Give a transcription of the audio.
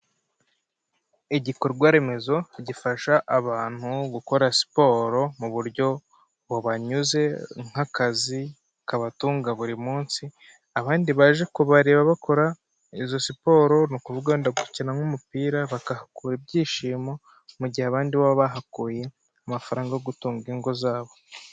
Igikorwa remezo gifasha abantu gukora siporo mu buryo bubanyuze nk'akazi kabatunga buri munsi, abandi baje kubareba bakora izo siporo ni ukuvuga wenda gukina nk'umupira bakahakura ibyishimo, mu gihe abandi bo baba bahakuye amafaranga yo gutunga ingo zabo.